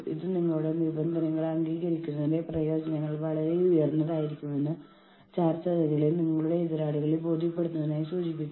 management ജീവനക്കാരുടെ ആവശ്യങ്ങളോട് പ്രതികരിക്കുന്നു അത് വഴി യൂണിയൻവൽക്കരണത്തിനുള്ള പ്രോത്സാഹനം ഇല്ലാതാക്കുന്നു